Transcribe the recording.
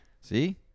See